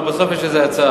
אבל בסוף יש איזה הצעה.